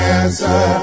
answer